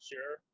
Sure